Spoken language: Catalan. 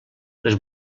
les